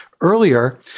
earlier